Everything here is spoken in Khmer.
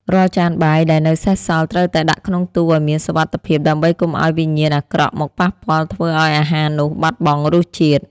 រាល់ចានបាយដែលនៅសេសសល់ត្រូវតែដាក់ក្នុងទូឱ្យមានសុវត្ថិភាព ដើម្បីកុំឱ្យវិញ្ញាណអាក្រក់មកប៉ះពាល់ធ្វើឱ្យអាហារនោះបាត់បង់រសជាតិ។